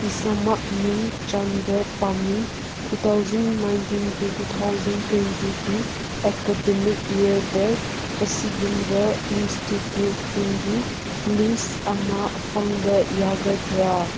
ꯏꯁꯥꯃꯛ ꯃꯤꯡ ꯆꯟꯕ ꯄꯥꯝꯏ two thousand nineteen to two thousand ꯇ꯭ꯋꯦꯟꯇꯤꯒꯤ ꯑꯦꯀꯥꯗꯃꯤꯛ ꯏꯌꯔꯗ ꯑꯁꯤꯒꯨꯝꯕ ꯏꯟꯁꯇꯤꯇ꯭ꯌꯨꯠꯁꯤꯡꯒꯤ ꯂꯤꯁ ꯑꯃ ꯐꯪꯕ ꯌꯥꯒꯗ꯭ꯔꯥ